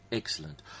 excellent